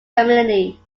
committee